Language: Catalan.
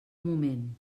moment